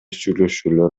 сүйлөшүүлөр